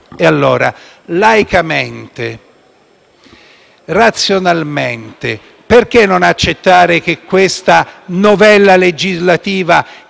E allora, laicamente e razionalmente, perché non accettare che questa novella legislativa,